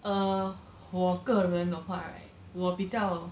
err 我个人的话 right 我比较